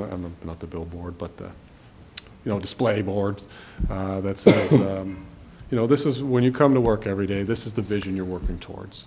and i'm not the billboard but that you know display board that you know this is when you come to work every day this is the vision you're working towards